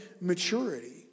maturity